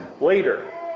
later